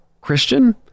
Christian